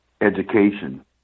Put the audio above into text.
education